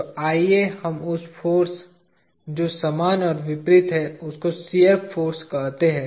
तो आइए हम उस फाॅर्स जो समान और विपरीत हैं उसको शियर फाॅर्स कहते हैं